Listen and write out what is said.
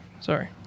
Sorry